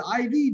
IV